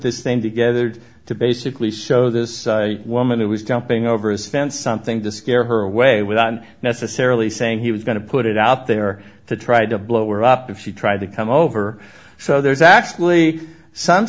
this thing together to basically show this woman who was jumping over his fence something to scare her away with on necessarily saying he was going to put it out there to try to blow or up if she tried to come over so there's actually some